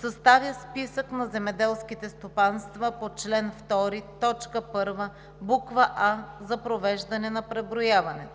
съставя списък на земеделските стопанства по чл. 2, т. 1, буква „а“ за провеждане на преброяването;